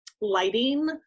lighting